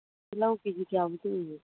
ꯇꯤꯜꯍꯧ ꯀꯦꯖꯤ ꯀꯌꯥꯃꯨꯛꯇꯤ ꯑꯣꯏꯒꯦ